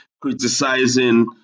criticizing